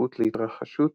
ההסתברות להתרחשות